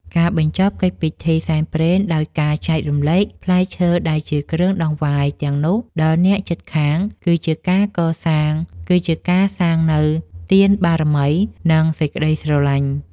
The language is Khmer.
ការបញ្ចប់កិច្ចពិធីសែនព្រេនដោយការចែករំលែកផ្លែឈើដែលជាគ្រឿងដង្វាយទាំងនោះដល់អ្នកជិតខាង គឺជាការសាងនូវទានបារមី និងសេចក្តីស្រឡាញ់។